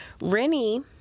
rennie